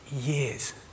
years